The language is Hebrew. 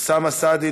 אוסאמה סעדי,